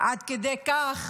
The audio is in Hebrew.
עד כדי כך